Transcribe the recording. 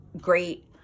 great